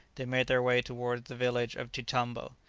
they made their way towards the village of chitambo.